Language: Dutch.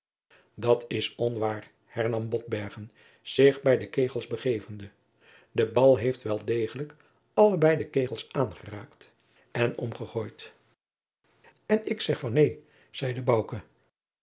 dat is onwaar hernam botbergen zich bij de kegels begevende de bal heeft wel degelijk allebei de kegels aangeraakt en omgegooid en ik zeg van neen